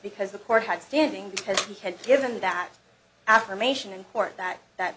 because the court had standing because he had given that affirmation in court that that